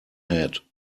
head